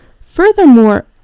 Furthermore